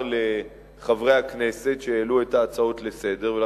לחברי הכנסת שהעלו את ההצעות לסדר-היום,